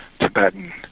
Tibetan